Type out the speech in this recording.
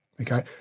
Okay